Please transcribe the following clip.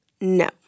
no